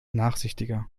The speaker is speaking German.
nachsichtiger